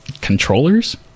controllers